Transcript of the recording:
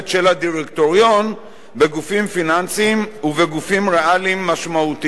הדירקטוריון בגופים פיננסיים ובגופים ריאליים משמעותיים,